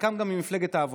חלקם גם ממפלגת העבודה.